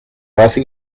base